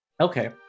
Okay